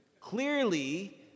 Clearly